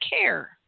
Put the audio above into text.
care